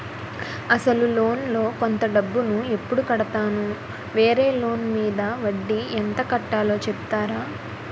అసలు లోన్ లో కొంత డబ్బు ను ఎప్పుడు కడతాను? వేరే లోన్ మీద వడ్డీ ఎంత కట్తలో చెప్తారా?